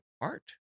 art